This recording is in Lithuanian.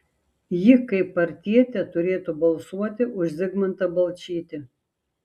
ji kaip partietė turėtų balsuoti už zigmantą balčytį